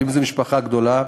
ואם זו משפחה גדולה,